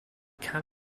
can